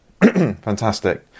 Fantastic